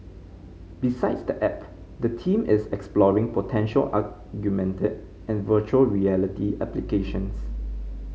besides the app the team is exploring potential augmented and virtual reality applications